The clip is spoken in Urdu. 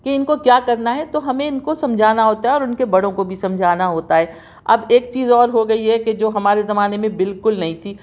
کہ ان کو کیا کرنا ہے تو ہمیں ان کو سمجھانا ہوتا ہے اور ان کے بڑوں کو بھی سمجھانا ہوتا ہے اب ایک چیز اور ہو گئی ہے کہ جو ہمارے زمانے میں بالکل نہیں تھی